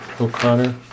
O'Connor